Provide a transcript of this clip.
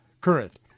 current